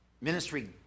ministry